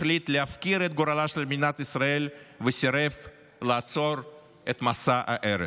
החליט להפקיר את גורלה של מדינת ישראל וסירב לעצור את מסע ההרס.